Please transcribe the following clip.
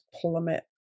plummet